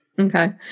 Okay